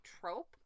trope